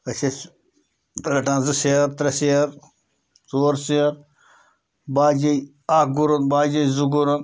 أسۍ ٲسۍ رَٹان زٕ سیر ترٛےٚ سیر ژور سیر بعضے اَکھ گُرُن بعضے زٕ گُرُن